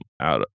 out